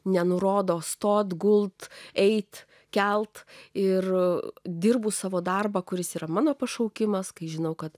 nenurodo stoti gulti eiti kelti ir dirbu savo darbą kuris yra mano pašaukimas kai žinau kad